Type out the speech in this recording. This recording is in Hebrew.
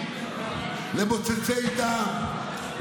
למוצצי דם,